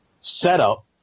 setup